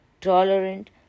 tolerant